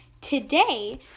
today